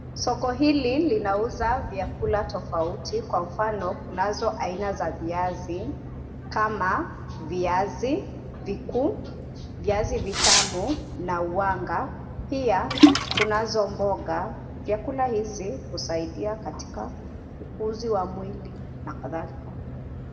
Soko hili linauza vyakula tofauti kwa mfano kunazo aina za viazi kama viazi vikuu, viazi vitamu na wanga, pia kunazo mboga. Vyakula hizi husaidia katika ukuzi wa mwili na kadhalika.